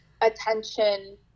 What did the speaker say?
attention